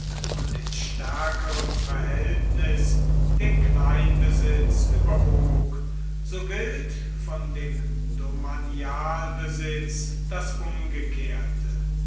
und in stärkerem verhältnis den kleinbesitz überwog so gilt von dem domanialbesitz das umgekehrte